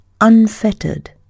unfettered